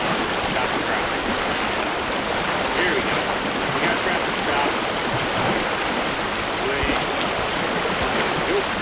um let's stop traffic for now here we go we got traffic stopped let's get around this way and there we go